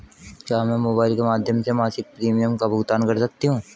क्या मैं मोबाइल के माध्यम से मासिक प्रिमियम का भुगतान कर सकती हूँ?